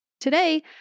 Today